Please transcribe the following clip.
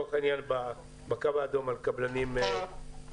לצורך העניין בקו האדום, על קבלנים סינים.